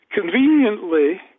conveniently